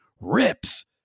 rips